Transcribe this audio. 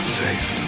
safe